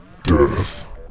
Death